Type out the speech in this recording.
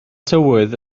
tywydd